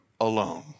alone